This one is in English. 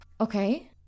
Okay